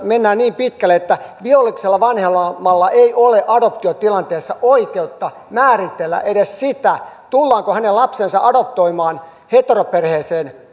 mennään niin pitkälle että biologisella vanhemmalla ei ole adoptiotilanteessa oikeutta määritellä edes sitä tullaanko hänen lapsensa adoptoimaan heteroperheeseen